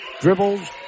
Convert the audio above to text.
dribbles